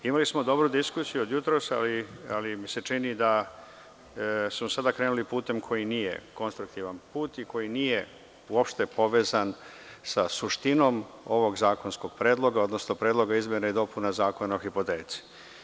Imali smo dobru diskusiju od jutros, ali mi se čini da smo sada krenuli putem koji nije konstruktivan put i koji nije uopšte povezan sa suštinom ovog zakonskog predloga, odnosno Predloga izmena i dopuna Zakona o hipoteci.